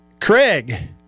Craig